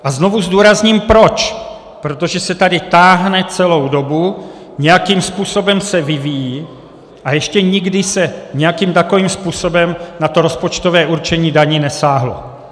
A znovu zdůrazním proč: protože se tady táhne celou dobu, nějakým způsobem se vyvíjí a ještě nikdy se nějakým takovým způsobem na rozpočtové určení daní nesáhlo.